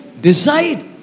decide